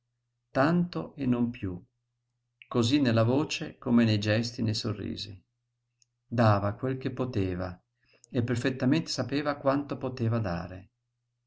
tanto e non piú cosí nella voce come nei gesti e nei sorrisi dava quel che poteva e perfettamente sapeva quanto poteva dare